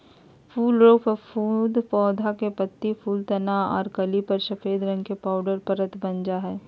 फूल रोग फफूंद पौधा के पत्ती, फूल, तना आर कली पर सफेद रंग के पाउडर परत वन जा हई